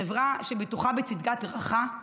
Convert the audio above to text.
חברה שבטוחה בצדקת דרכה,